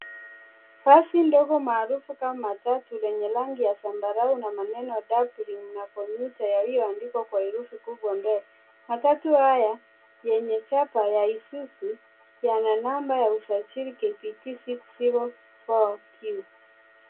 Badi ndogo maarufu kama matatu lenye rangi ya zambarau na maneno, dazzling, na, commuter, yaliyoandikwa kwa herufi kubwa mbele. Matatu haya yenye chapa ya, Isuzu, yana namba ya usajili KBQ six zero four Q.